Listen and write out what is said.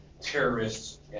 terrorists